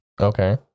Okay